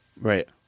Right